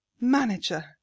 Manager